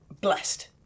blessed